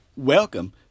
Welcome